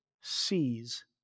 sees